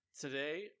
today